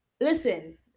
Listen